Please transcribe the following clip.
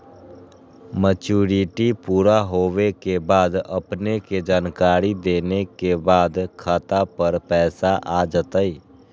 Maturity पुरा होवे के बाद अपने के जानकारी देने के बाद खाता पर पैसा आ जतई?